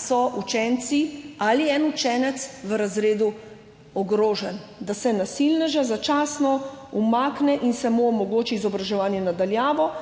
so učenci ali en učenec v razredu ogroženi, da se nasilneža začasno umakne in se mu omogoči izobraževanje na daljavo,